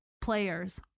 players